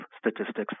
Statistics